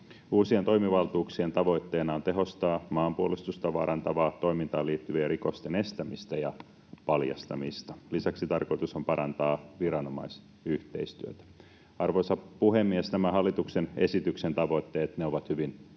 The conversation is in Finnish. Uusien toimivaltuuksien tavoitteena on tehostaa maanpuolustusta vaarantavaan toimintaan liittyvien rikosten estämistä ja paljastamista. Lisäksi tarkoitus on parantaa viranomaisyhteistyötä. Arvoisa puhemies! Nämä hallituksen esityksen tavoitteet ovat hyvin kannatettavia.